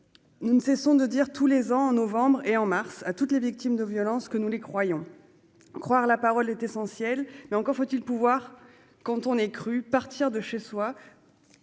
Nous ne cessons de dire tous les ans en novembre et en mars à toutes les victimes de violences que nous les croyons. Croire la parole est essentiel, mais, quand on est cru, encore faut-il pouvoir partir de chez soi,